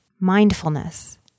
mindfulness